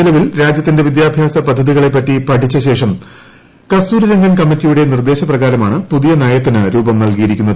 നിലവിൽ രാജ്യത്തിന്റെ വിദ്യാഭ്യാസ പദ്ധതികളെപ്പറ്റി പഠിച്ചശേഷം കസ്തൂരിരംഗൻ കമ്മിറ്റിയുടെ നിർദ്ദേശ പ്രകാരമാണ് പുതിയ നയത്തിന് രൂപം നൽകിയിരിക്കുന്നത്